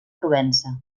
provença